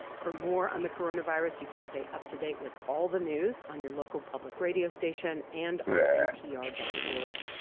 for more on the coronavirus, you can stay up to date with all the news on your local public radio station and on npr dot org.